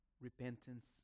repentance